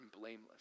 blameless